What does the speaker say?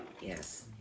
Yes